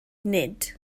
nid